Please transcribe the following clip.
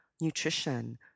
nutrition